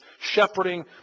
shepherding